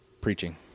preaching